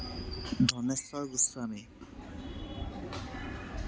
Dhaneswar Goswami